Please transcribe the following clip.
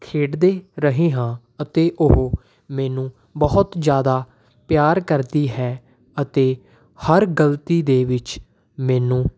ਖੇਡਦੇ ਰਹੇ ਹਾਂ ਅਤੇ ਉਹ ਮੈਨੂੰ ਬਹੁਤ ਜ਼ਿਆਦਾ ਪਿਆਰ ਕਰਦੀ ਹੈ ਅਤੇ ਹਰ ਗਲਤੀ ਦੇ ਵਿੱਚ ਮੈਨੂੰ